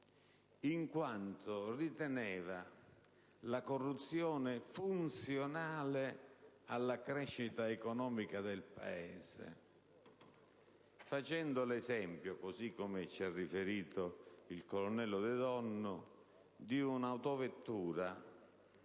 in quanto riteneva la corruzione funzionale alla crescita economica del Paese, facendo l'esempio - così come ci ha riferito il colonnello De Donno - di un'autovettura